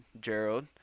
Gerald